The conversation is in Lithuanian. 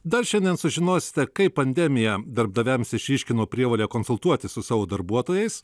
dar šiandien sužinosite kaip pandemija darbdaviams išryškino prievolę konsultuotis su savo darbuotojais